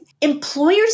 employers